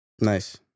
Nice